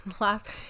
last